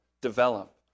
develop